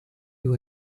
you